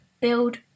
build